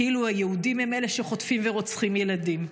כאילו היהודים הם אלה שחוטפים ורוצחים ילדים.